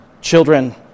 children